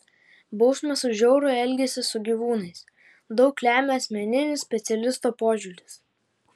bausmės už žiaurų elgesį su gyvūnais daug lemia asmeninis specialisto požiūris